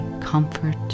comfort